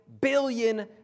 billion